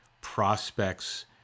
prospects